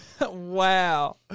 Wow